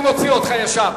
אני מוציא אותך ישר,